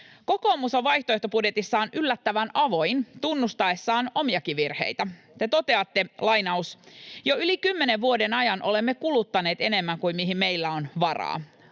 Kokoomus on vaihtoehtobudjetissaan yllättävän avoin tunnustaessaan omiakin virheitään. Te toteatte: ”Jo yli kymmenen vuoden ajan olemme kuluttaneet enemmän kuin mihin meillä on varaa.”